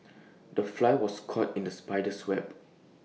the fly was caught in the spider's web